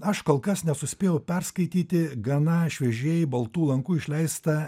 aš kol kas nesuspėjau perskaityti gana šviežiai baltų lankų išleistą